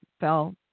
fell